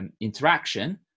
interaction